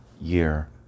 year